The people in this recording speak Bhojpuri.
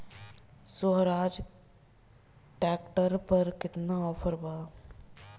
सोहराज ट्रैक्टर पर केतना ऑफर बा?